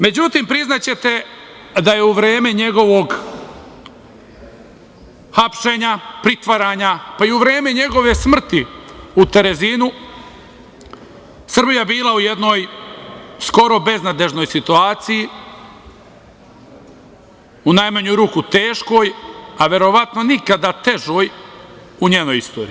Međutim, priznaćete da je u vreme njegovog hapšenja, pritvaranja, pa i u vreme njegove smrti u Terezinu, Srbija bila u jednoj skoro beznadežnoj situaciji u najmanju ruku teškoj, a verovatno nikada težoj u njenoj istoriji.